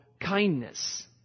kindness